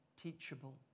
teachable